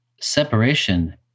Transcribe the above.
separation